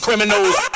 Criminals